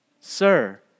Sir